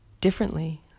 differently